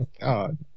god